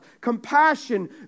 compassion